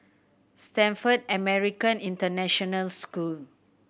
Stamford American International School